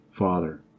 father